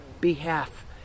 behalf